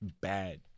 Bad